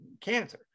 cancer